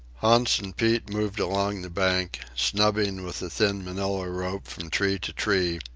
hans and pete moved along the bank, snubbing with a thin manila rope from tree to tree,